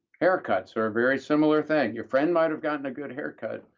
haircuts are a very similar thing. your friend might have gotten a good haircut,